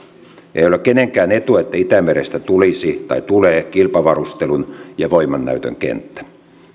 ei ole kenenkään etu että itämerestä tulisi tai tulee kilpavarustelun ja voimannäytön kenttä